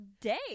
day